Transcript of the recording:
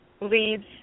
leads